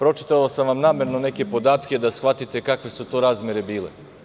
Pročitao sam vam namerno neke podatke, da shvatite kakve su to razmere bile.